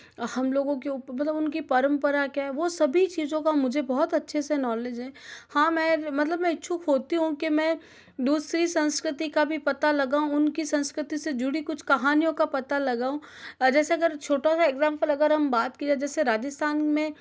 हम लोगों के ऊपर मतलब उनकी परम्परा क्या है वो सभी चीज़ों का मुझे बहुत अच्छे से नॉलेज है हाँ मैं मतलब मैं इच्छुक होती हूँ कि मैं दूसरी संस्कृति का भी पता लगाऊँ उनकी संस्कृति से जुड़ी हुई कुछ कहानियों का पता लगाऊँ जैसे अगर छोटा सा एग्पल अगर हम बात करें जैसे राजस्थान में